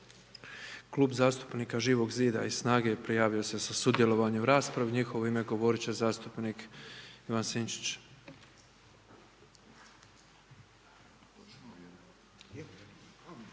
Klub zastupnika Živog zida i SNAGA-e prijavio se za sudjelovanje u raspravi, u njihovo ime govorit će zastupnik Ivan Sinčić.